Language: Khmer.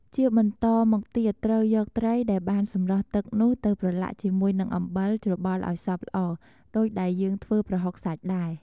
ជាបន្តមកទៀតត្រូវយកត្រីដែលបានសម្រក់ទឹកនោះ ទៅប្រឡាក់ជាមួយនឹងអំបិលច្របល់ឱ្យសព្វល្អ ដូចដែលយើងធ្វើប្រហុកសាច់ដែរ។